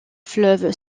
fleuve